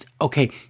okay